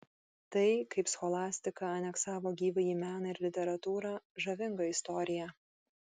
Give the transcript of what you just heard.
tai kaip scholastika aneksavo gyvąjį meną ir literatūrą žavinga istorija